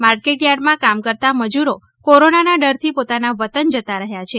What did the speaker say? માર્કેટયાર્ડમાં કામ કરતા મજૂરો કોરોનાના ડરથી પોતાના વતન જતા રહ્યા છે